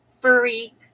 furry